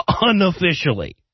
unofficially